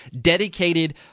dedicated